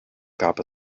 gab